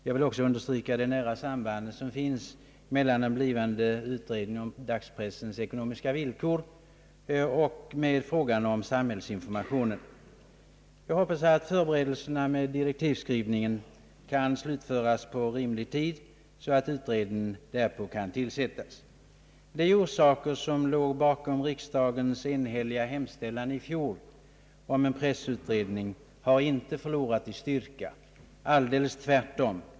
Jag vill också understryka det nära sambandet mellan en blivande utredning om dagspressens ekonomiska villkor och frågan om samhällsinformationen. Jag hoppas att förberedelserna med direktivskrivningen kan slutföras på rimlig tid så att utredningen därpå kan tillsättas. De orsaker som låg bakom riksdagens enhälliga hemställan i fjol om en pressutredning har inte förlorat i styrka. Alldeles tvärtom.